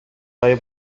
های